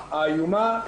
האיומה,